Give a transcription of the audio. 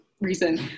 reason